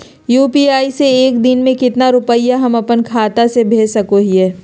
UPI से एक दिन में कितना रुपैया हम अपन खाता से भेज सको हियय?